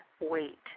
weight